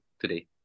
today